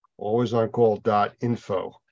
Alwaysoncall.info